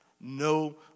no